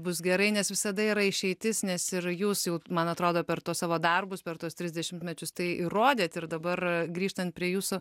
bus gerai nes visada yra išeitis nes ir jūs jau man atrodo per tuos savo darbus per tuos tris dešimtmečius tai įrodėt ir dabar grįžtant prie jūsų